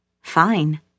Fine